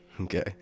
okay